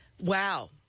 Wow